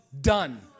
done